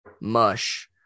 mush